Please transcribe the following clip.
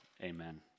Amen